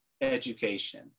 education